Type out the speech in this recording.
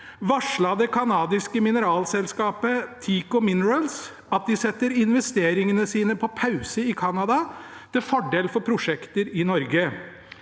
varslet det canadiske mineralselskapet Teako Minerals at de setter investeringene sine på pause i Canada, til fordel for prosjekter i Norge.